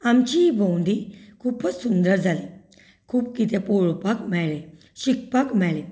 आमची भोंवडी खूब सुंदर जाली खूब कितें पळोवपाक मेळ्ळें शिकपाक मेळ्ळें